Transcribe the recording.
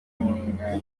n’umwana